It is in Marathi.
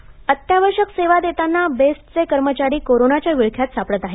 बेस्ट कर्मचारी अत्यावश्यक सेवा देताना बेस्टचे कर्मचारी कोरोनाच्या विळख्यात सापडत आहेत